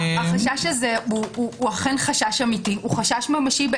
זה חשש ממשי,